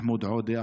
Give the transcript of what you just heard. מחמוד עודה,